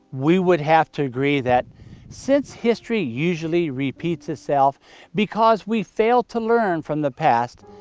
we would have to agree that since history usually repeats itself because we fail to learn from the past,